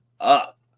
up